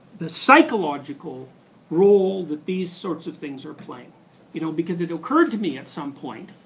the psychological role that these sorts of things are playing you know because it occurred to me at some point,